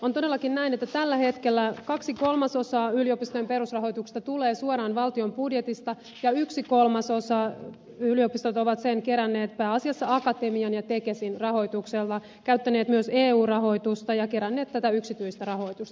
on todellakin näin että tällä hetkellä kaksi kolmasosaa yliopistojen perusrahoituksesta tulee suoraan valtion budjetista ja yhden kolmasosan yliopistot ovat järjestäneet pääasiassa akatemian ja tekesin rahoituksella sekä käyttäneet myös eu rahoitusta ja keränneet tätä yksityistä rahoitusta